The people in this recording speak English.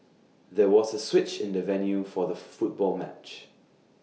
there was A switch in the venue for the football match